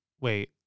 wait